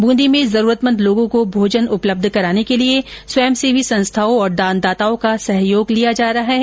बूंदी में जरूरतमंद लोगों को भोजन उपलब्ध कराने के लिए स्वंयसेवी संस्थाओं और दानदाताओं का सहयोग लिया जा रहा है